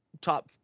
top